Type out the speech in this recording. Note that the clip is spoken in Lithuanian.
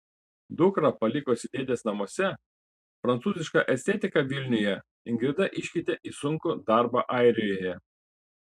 dukrą palikusi dėdės namuose prancūzišką estetiką vilniuje ingrida iškeitė į sunkų darbą airijoje